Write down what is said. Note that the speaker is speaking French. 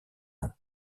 nom